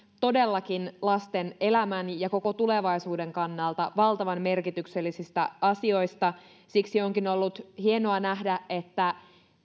todellakin lasten elämän ja koko tulevaisuuden kannalta valtavan merkityksellisistä asioista siksi onkin ollut hienoa nähdä että